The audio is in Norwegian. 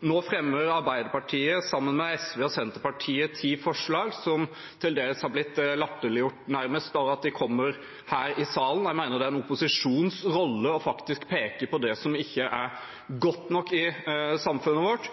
Nå fremmer Arbeiderpartiet sammen med SV og Senterpartiet ti forslag, som nærmest har blitt latterliggjort fordi de kommer her i salen. Jeg mener det er en opposisjons rolle faktisk å peke på det som ikke er godt nok i samfunnet vårt,